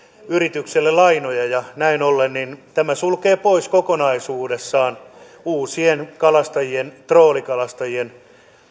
yritykselle lainoja ja näin ollen tämä sulkee pois kokonaisuudessaan uusien troolikalastajien